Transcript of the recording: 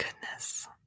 goodness